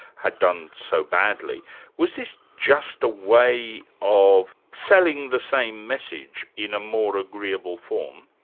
had done so badly was this just a way of selling the same message in a more agreeable form?